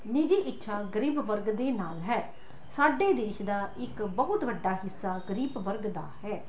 ਨਿੱਜੀ ਇੱਛਾ ਗਰੀਬ ਵਰਗ ਦੇ ਨਾਲ ਹੈ ਸਾਡੇ ਦੇਸ਼ ਦਾ ਇੱਕ ਬਹੁਤ ਵੱਡਾ ਹਿੱਸਾ ਗਰੀਬ ਵਰਗ ਦਾ ਹੈ